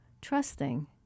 trusting